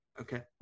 Okay